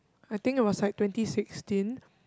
I think it was like twenty sixteen